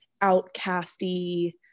outcasty